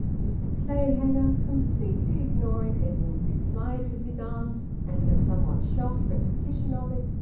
mr clayhanger, completely ignoring edwin's reply to his aunt and her somewhat shocked repetition of it,